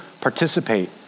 participate